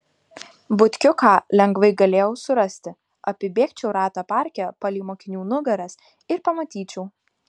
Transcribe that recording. butkiuką lengvai galėjau surasti apibėgčiau ratą parke palei mokinių nugaras ir pamatyčiau